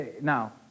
Now